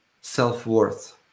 self-worth